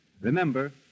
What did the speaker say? Remember